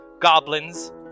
goblins